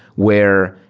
where,